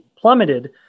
plummeted